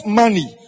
money